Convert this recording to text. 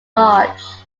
large